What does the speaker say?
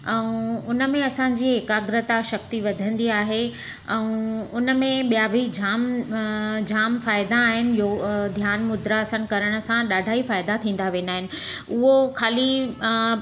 ऐं उनमें असांजी एकाग्रता शक्ती वधंदी आहे ऐं उनमें ॿिया बि जाम जाम फ़ाइदा आहिनि यो ध्यानु मुद्रा आसनु करण सां ॾाढा ई फ़ाइदा थींदा वेंदा आहिनि उहो खाली